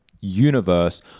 universe